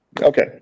Okay